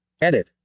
Edit